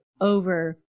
over